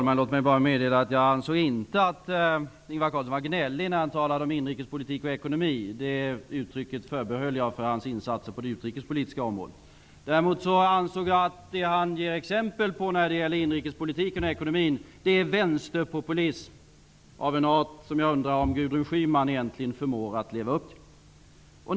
Fru talman! Jag ansåg inte att Ingvar Carlsson var gnällig när han talade om inrikespolitik och ekonomi. Jag förbehöll uttrycket för hans insatser på det utrikespolitiska området. Däremot anser jag att det han ger exempel på när det gäller inrikespolitiken och ekonomin är vänsterpopulism av en art som jag undrar om egentligen Gudrun Schyman förmår leva upp till.